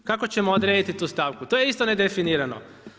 I kako ćemo odrediti tu stavku, to je isto nedefinirano.